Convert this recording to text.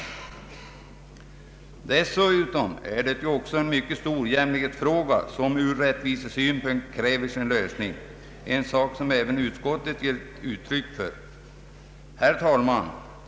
Dessutom är detta också en mycket stor jämlikhetsfråga, som ur rättvisesynpunkt kräver sin lösning — en sak som även utskottet gett uttryck för. Herr talman!